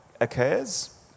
occurs